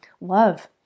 love